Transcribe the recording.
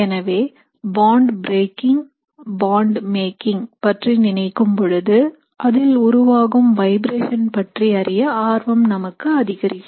எனவே bond breaking bond making பற்றி நினைக்கும் பொழுது அதில் உருவாகும் வைப்ரேஷன் பற்றி அறிய ஆர்வம் நமக்கு அதிகரிக்கும்